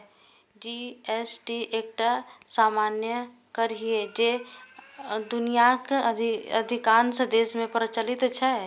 GST एकटा सामान्य कर छियै, जे दुनियाक अधिकांश देश मे प्रचलित छै